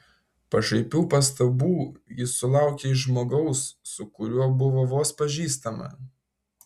pašaipių pastabų ji sulaukė iš žmogaus su kuriuo buvo vos pažįstama